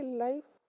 life